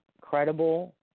credible